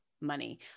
money